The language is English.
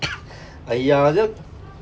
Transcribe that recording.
!aiya! just